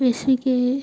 जैसे कि